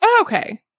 Okay